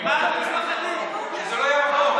ממה אתה, זה לא יעבור.